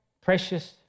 precious